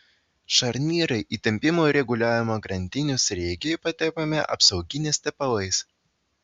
šarnyrai įtempimo reguliavimo grandinių sriegiai patepami apsauginiais tepalais